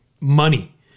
Money